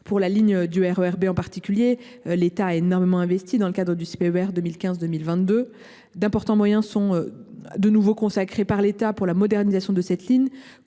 Pour la ligne du RER B en particulier, l’État a énormément investi au titre du CPER 2015 2022. D’importants moyens seront de nouveau consacrés pour la modernisation de cette ligne,